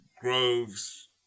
Groves